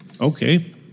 okay